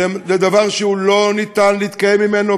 לדבר שלא ניתן להתקיים ממנו,